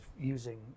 using